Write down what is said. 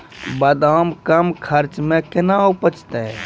बादाम कम खर्च मे कैना उपजते?